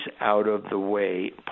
out-of-the-way